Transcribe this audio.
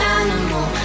animal